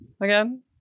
again